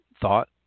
Thought